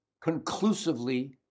conclusively